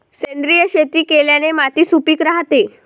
सेंद्रिय शेती केल्याने माती सुपीक राहते